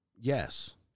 Yes